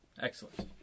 Excellent